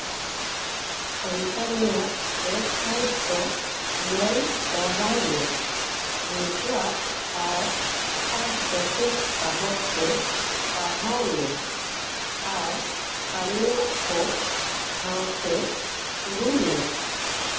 ᱠᱚᱢᱯᱱᱤᱭᱟᱜ website ᱫᱚ ᱧᱮᱞ ᱫᱚᱦᱲᱟᱭ ᱢᱮ ᱩᱱᱠᱩᱣᱟᱜ ᱦᱟᱨ ᱟᱨ ᱯᱮᱠᱮᱡᱽ ᱵᱟᱵᱚᱫ ᱛᱮ ᱯᱟᱲᱦᱟᱣ ᱢᱮ ᱟᱨ ᱠᱟᱹᱢᱤᱭᱟᱜ ᱠᱚ ᱥᱟᱶᱛᱮ ᱩᱨᱩᱢ ᱢᱮ